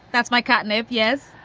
that's my catnip. yes.